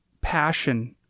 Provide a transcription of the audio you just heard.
passion